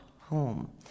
home